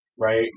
right